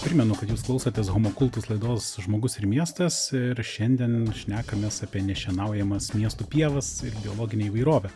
primenu kad jūs klausotės homo kultus laidos žmogus ir miestas ir šiandien šnekamės apie nešienaujamas miestų pievas ir biologinę įvairovę